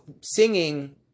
singing